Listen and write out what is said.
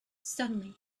suddenly